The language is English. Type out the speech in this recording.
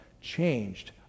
changed